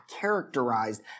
characterized